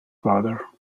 father